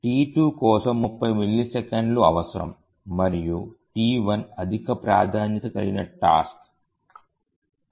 T2 కోసం 30 మిల్లీసెకన్లు అవసరం మరియు T1 అధిక ప్రాధాన్యత కలిగిన టాస్క్